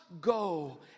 go